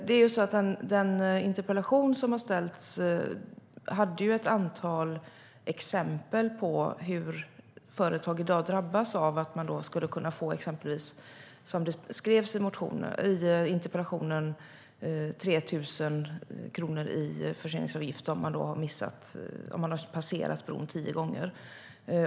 I den interpellation som har ställts fanns ett antal exempel på hur företag i dag drabbas, och man skulle kunna få exempelvis 3 000 kronor i förseningsavgift om man har passerat bron tio gånger.